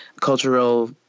cultural